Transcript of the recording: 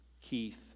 Keith